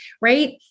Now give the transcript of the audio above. right